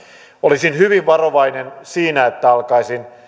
olisin hyvin varovainen siinä että alkaisin